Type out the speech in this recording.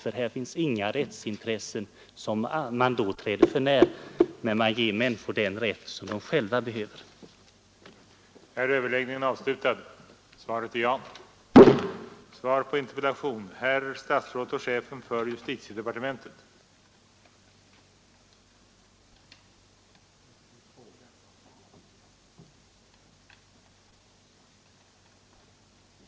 För här finns inga väsentliga rättsintressen hos annan part som träds för nära, men man ger många människor den rätt de behöver och bör kunna påräkna i ett rättssamhälle.